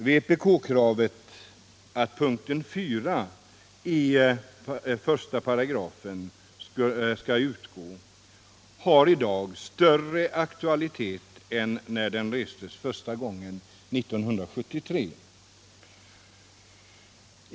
Vpk-kravet att punkten 4 i I § skall utgå har i dag större aktualitet än när det restes första gången 1973.